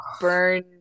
burn